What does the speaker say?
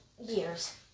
years